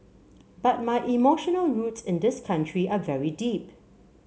but my emotional roots in this country are very deep